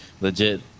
legit